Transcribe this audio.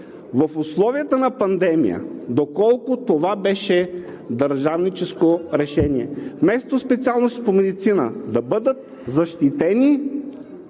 В условията на пандемия доколко това беше държавническо решение? Вместо в специалност „Медицина“ да бъдат защитени